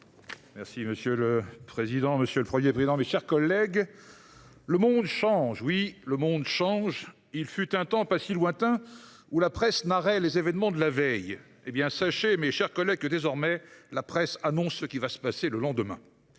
Monsieur le président, monsieur le Premier président de la Cour des comptes, mes chers collègues, le monde change ! Oui, le monde change : s’il fut un temps, pas si lointain, où la presse narrait les événements de la veille, sachez, mes chers collègues, que désormais, la presse annonce ce qui va se passer le lendemain.